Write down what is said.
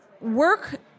work